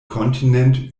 kontinent